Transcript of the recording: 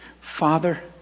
Father